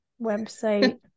website